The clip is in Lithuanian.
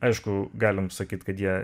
aišku galim sakyt kad jie